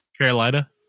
Carolina